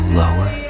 lower